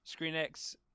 ScreenX